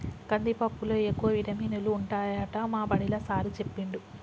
కందిపప్పులో ఎక్కువ విటమినులు ఉంటాయట మా బడిలా సారూ చెప్పిండు